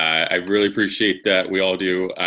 i really appreciate that. we all do.